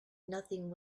nothing